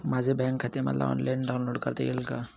माझे बँक खाते मला ऑनलाईन डाउनलोड करता येईल का?